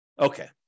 Okay